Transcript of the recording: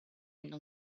non